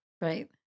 Right